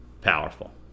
powerful